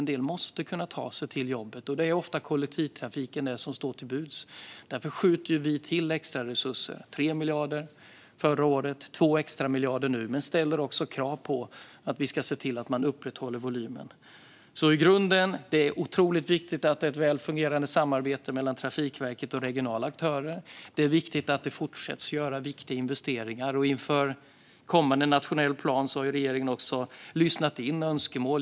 En del måste kunna ta sig till jobbet, och det är ofta kollektivtrafiken som står till buds. Därför skjuter vi till extraresurser. Det var 3 miljarder förra året och 2 extra miljarder nu. Men vi ställer också krav på att se till att upprätthålla volymen. I grunden är det otroligt viktigt med ett väl fungerande samarbete mellan Trafikverket och regionala aktörer. Det är viktigt att investeringarna fortsätter. Inför kommande nationell plan har regeringen också lyssnat in önskemål.